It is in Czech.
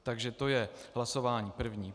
Takže to je hlasování první.